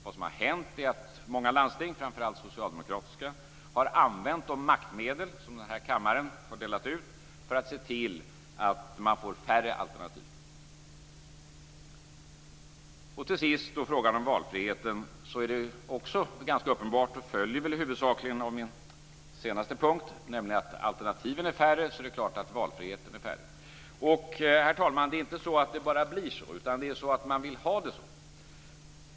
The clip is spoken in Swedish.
Vad som har hänt är att många landsting, framför allt socialdemokratiska, har använt de maktmedel som den här kammaren har delat ut för att se till att man får färre alternativ. Till sist då frågan om valfriheten. Det är också ganska uppenbart att valfriheten är mindre - det följer väl huvudsakligen av min senaste punkt, att alternativen är färre. Herr talman! Det är inte så att det bara blir så, utan det är så att man vill ha det så.